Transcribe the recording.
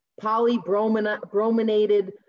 polybrominated